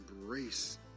embrace